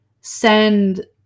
send